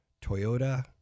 Toyota